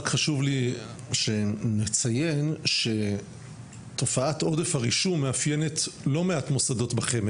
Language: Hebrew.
רק חשוב לי שנציין שתופעת עודף הרישום מאפיינת לא מעט מוסדות בחמ"ד.